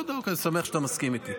אני מסכים איתך.